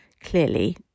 clearly